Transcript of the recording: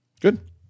Good